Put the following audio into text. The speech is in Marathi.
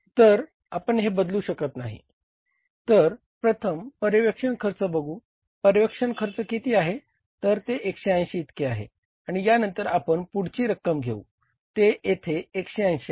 तर आपण हे बदलू शकत नाही तर प्रथम पर्यवेक्षण खर्च बघू पर्यवेक्षण खर्च किती आहे तर ते 180 इतके आहे आणि यानंतर आपण पुढची रक्कम घेऊ ते येथे 180 आहे